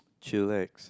chillax